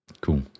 Cool